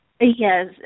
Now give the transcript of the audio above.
Yes